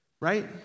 right